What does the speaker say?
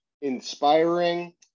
inspiring